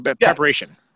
preparation